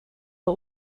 are